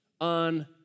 on